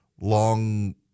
long